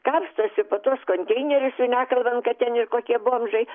kapstosi po tuos konteinerius jau nekalbant kad ten ir kokie bomžai